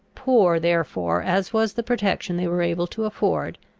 poor therefore as was the protection they were able to afford,